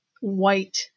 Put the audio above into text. white